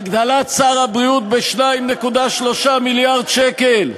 הגדלת סל הבריאות ב-2.3 מיליארד שקל.